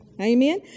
Amen